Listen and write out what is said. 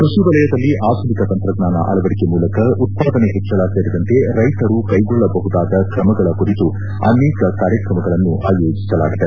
ಕೃಷಿ ವಲಯದಲ್ಲಿ ಆಧುನಿಕ ತಂತ್ರಜ್ಞಾನ ಅಳವಡಿಕೆ ಮೂಲಕ ಉತ್ಪಾದನೆ ಹೆಚ್ಚಳ ಸೇರಿದಂತೆ ರೈತರು ಕೈಗೊಳ್ಳಬಹುದಾದ ಕ್ರಮಗಳ ಕುರಿತು ಅನೇಕ ಕಾರ್ಯಕ್ರಮಗಳನ್ನು ಆಯೋಜಿಸಲಾಗಿದೆ